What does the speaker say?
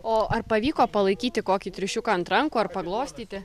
o ar pavyko palaikyti kokį triušiuką ant rankų ar paglostyti